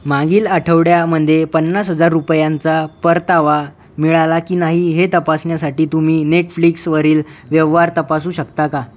मागील आठवड्यामध्ये पन्नास हजार रुपयांचा परतावा मिळाला की नाही हे तपासण्यासाठी तुम्ही नेटफ्लिक्सवरील व्यवहार तपासू शकता का